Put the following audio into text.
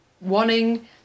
wanting